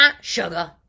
sugar